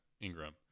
Ingram